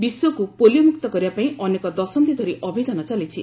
ବିଶ୍ୱକୁ ପୋଲିଓ ମ୍ବକ୍ତ କରିବା ପାଇଁ ଅନେକ ଦଶନ୍ଧି ଧରି ଅଭିଯାନ ଚାଲିଛି